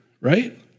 right